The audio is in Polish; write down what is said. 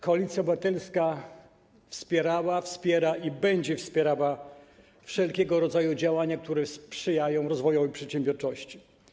Koalicja Obywatelska wspierała, wspiera i będzie wspierała wszelkiego rodzaju działania, które sprzyjają rozwojowi przedsiębiorczości.